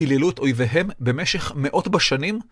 אלילות אויביהם במשך מאות בשנים.